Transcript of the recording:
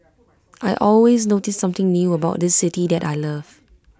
I always notice something new about this city that I love